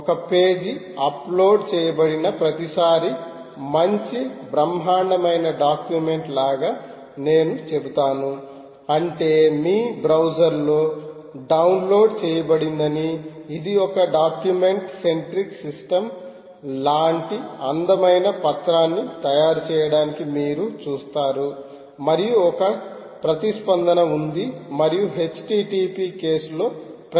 ఒక పేజీ అప్లోడ్ చేయబడిన ప్రతిసారీ మంచి బ్రహ్మాండమైన డాక్యుమెంట్ లాగా నేను చెబుతాను అంటే మీ బ్రౌజర్లో డౌన్లోడ్ చేయబడిందని ఇది ఒక డాక్యుమెంట్ సెంట్రిక్ సిస్టమ్ లాంటి అందమైన పత్రాన్ని తయారు చేయడానికి మీరు చూస్తారు మరియు ఒక ప్రతిస్పందన ఉంది మరియు http కేసులో ప్రతిస్పందన ఉంటుంది